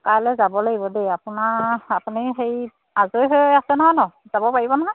কাইলৈ যাব লাগিব দেই আপোনাৰ আপুনি হেৰি আজৰি হৈ আছে নহয় নহ্ যাব পাৰিব নহয়